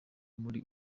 muri